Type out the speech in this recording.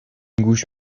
گوش